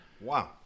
wow